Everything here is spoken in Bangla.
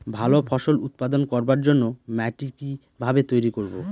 ভালো ফসল উৎপাদন করবার জন্য মাটি কি ভাবে তৈরী করব?